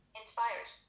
inspired